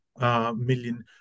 million